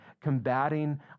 combating